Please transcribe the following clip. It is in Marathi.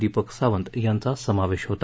दीपक सावंत यांचा समावेश होता